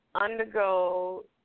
undergo